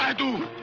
ah doom.